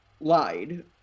lied